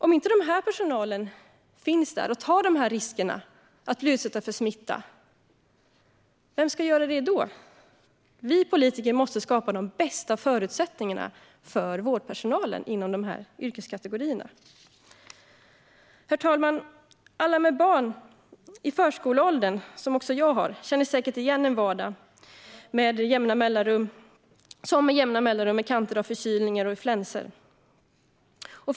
Om inte den här personalen finns där och tar risken att bli utsatt för smitta, vem ska göra det då? Vi politiker måste skapa de bästa förutsättningarna för personalen inom de här yrkeskategorierna. Herr talman! Alla som har barn i förskoleåldern, vilket också jag har, känner säkert igen en vardag som med jämna mellanrum är kantad av förkylningar och influensor.